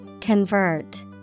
Convert